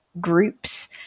groups